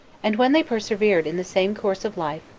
and when they persevered in the same course of life,